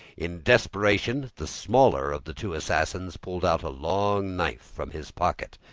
in desperation the smaller of the two assassins pulled out a long knife from his pocket,